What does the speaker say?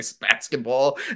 basketball